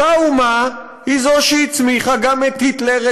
אותה אומה היא שהצמיחה גם את היטלר,